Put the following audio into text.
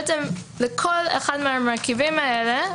לכל אחד מהמרכיבים האלה,